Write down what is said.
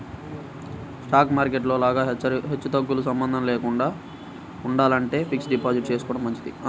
stock market లో లాగా హెచ్చుతగ్గులతో సంబంధం లేకుండా ఉండాలంటే ఫిక్స్డ్ డిపాజిట్ చేసుకోడం మంచిది